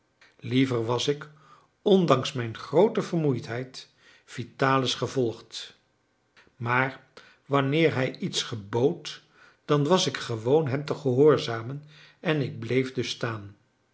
liever was ik ondanks mijn groote vermoeidheid vitalis gevolgd maar wanneer hij iets gebood dan was ik gewoon hem te gehoorzamen en ik bleef dus staan